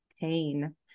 pain